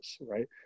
right